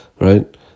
right